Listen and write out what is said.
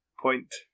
point